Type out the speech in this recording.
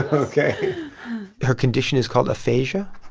ah ok her condition is called aphasia,